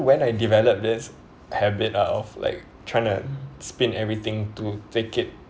when I develop this habit of like trying to spin everything to take it